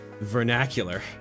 vernacular